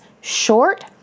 short